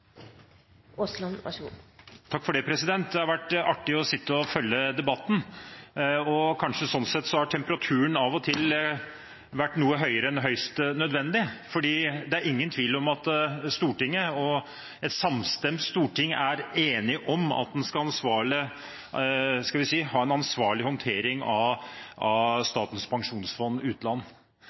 Det har vært artig å sitte og følge debatten. Temperaturen har av og til vært noe høyere enn høyst nødvendig, for det er ingen tvil om at det er enighet i Stortinget om at vi skal ha en ansvarlig håndtering av Statens pensjonsfond utland.